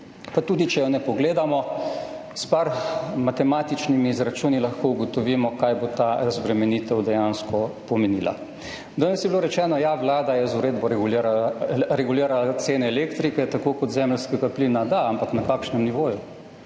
tudi če je ne pogledamo, s par matematičnimi izračuni lahko ugotovimo, kaj bo ta razbremenitev dejansko pomenila. Danes je bilo rečeno, ja, Vlada je z uredbo regulirala tako cene elektrike kot zemeljskega plina. Da, ampak na kakšnem nivoju?